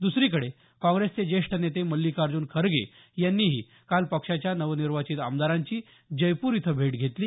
दुसरीकडे काँग्रेसचे ज्येष्ठ नेते मल्लिकार्जुन खरगे यांनीही काल पक्षाच्या नवनिर्वाचित आमदारांची जयपूर इथं भेट घेतली